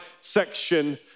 section